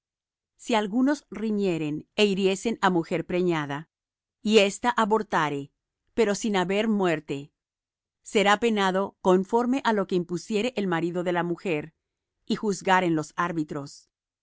si algunos riñeren é hiriesen á mujer preñada y ésta abortare pero sin haber muerte será penado conforme á lo que le impusiere el marido de la mujer y juzgaren los árbitros